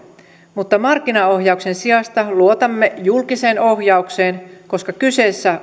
mutta markkinaohjauksen sijasta luotamme julkiseen ohjaukseen koska kyseessä